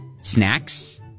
snacks